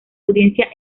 audiencia